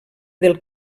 del